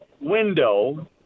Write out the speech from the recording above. window